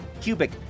Cubic